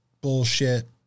bullshit